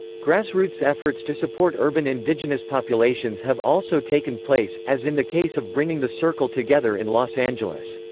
grassroots efforts to support urban indigenous populations have also taken place, as in the case of bringing the circle together in los angeles.